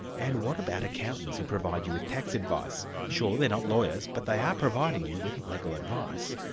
and what about accountants who provide you with tax advice? sure, they're not lawyers, but they are providing you with legal advice.